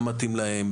מה מתאים להם,